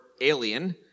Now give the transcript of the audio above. alien